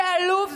זה עלוב.